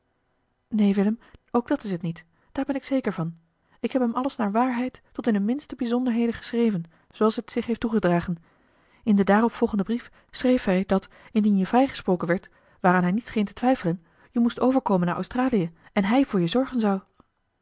willem ook dat is het niet daar ben ik zeker van ik heb hem alles naar waarheid tot in de minste bijzonderheden geschreven zooals het zich heeft toegedragen in den daarop volgenden brief schreef hij dat indien je vrijgesproken werdt waaraan hij niet scheen te twijfelen je moest overkomen naar australië en hij voor je zorgen zou